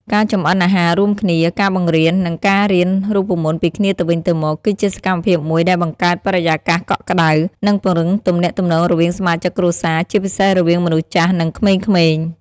ការចម្អិនអាហាររួមគ្នា ការបង្រៀន និងការរៀនរូបមន្តពីគ្នាទៅវិញទៅមក គឺជាសកម្មភាពមួយដែលបង្កើតបរិយាកាសកក់ក្តៅ និងពង្រឹងទំនាក់ទំនងរវាងសមាជិកគ្រួសារ ជាពិសេសរវាងមនុស្សចាស់ និងក្មេងៗ។